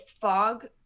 fog